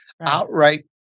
outright